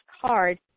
card